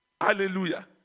Hallelujah